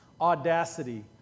audacity